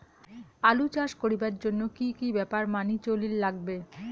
আলু চাষ করিবার জইন্যে কি কি ব্যাপার মানি চলির লাগবে?